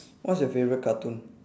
what's your favourite cartoon